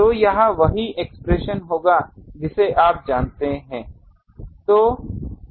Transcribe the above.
तो यह वही एक्सप्रेशन होगा जिसे आप जानते हैं